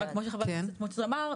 אבל כמו שחבר הכנסת בצלאל סמוטריץ' אמר,